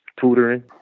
tutoring